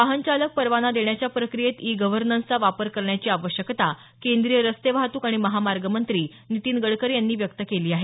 वाहन चालक परवाना देण्याच्या प्रक्रियेत ई गव्हर्नन्सचा वापर करण्याची आवश्यकता केंद्रीय रस्ते वाहतूक आणि महामार्ग मंत्री नितीन गडकरी यांनी व्यक्त केली आहे